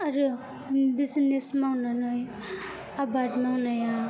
आरो बिजिनेस मावनानै आबाद मावनाया